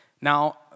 Now